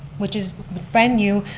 which is brand new,